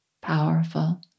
powerful